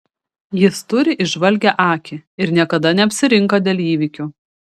jis turi įžvalgią akį ir niekada neapsirinka dėl įvykių